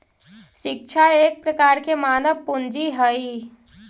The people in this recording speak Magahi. शिक्षा एक प्रकार के मानव पूंजी हइ